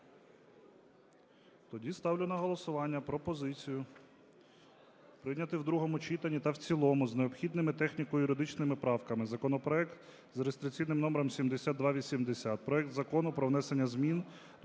Тоді ставлю на голосування пропозицію прийняти в другому читанні та в цілому з необхідними техніко-юридичними правками законопроект за реєстраційним номером 7280: проект Закону про внесення змін